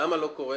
למה לא קורה?